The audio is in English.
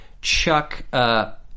Chuck